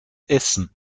essen